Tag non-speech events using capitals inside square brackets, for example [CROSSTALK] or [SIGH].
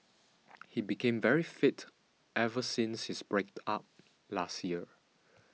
[NOISE] he became very fit ever since his break up last year